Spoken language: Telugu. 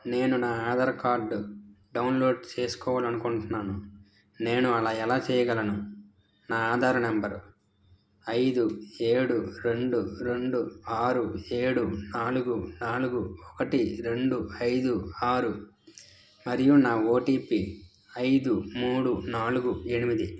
నేను నా ఆధార్ కార్డ్ డౌన్లోడ్ చేసుకోవాలి అనుకుంటున్నాను నేను అలా ఎలా చేయగలను నా ఆధారు నెంబర్ ఐదు ఏడు రెండు రెండు ఆరు ఏడు నాలుగు నాలుగు ఒకటి రెండు ఐదు ఆరు మరియు నా ఓటీపీ ఐదు మూడు నాలుగు ఎనిమిది